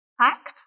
act